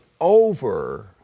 over